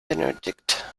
benötigt